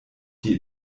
die